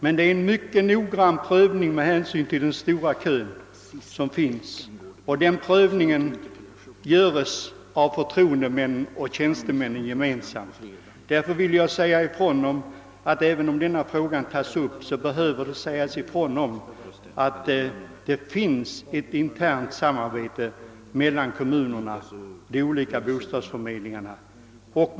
Med hänsyn till den stora kön sker en mycket noggrann prövning, och den prövningen görs av förtroendemännen och tjänstemännen gemensamt. Även om sålunda denna fråga kommer att tas upp, så är det angeläget att säga ifrån, att det förekommer ett internt samarbete mellan bostadsförmedlingarna i de olika kommunerna.